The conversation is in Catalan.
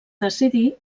decidir